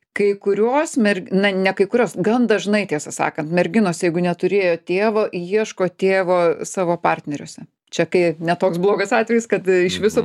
kai kurios mer na ne kai kurios gan dažnai tiesą sakan merginos jeigu neturėjo tėvo ieško tėvo savo partneriuose čia kai ne toks blogas atvejis kad iš viso